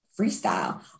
freestyle